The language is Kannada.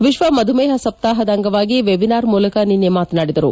ವಿತ್ನ ಮಧುಮೇಹ ಸಪ್ಲಾಹ ಅಂಗವಾಗಿ ವೆಬಿನಾರ್ ಮೂಲಕ ನಿನ್ನೆ ಮಾತನಾಡಿದರು